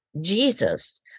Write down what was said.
Jesus